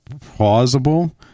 plausible